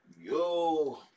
Yo